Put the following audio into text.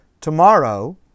Tomorrow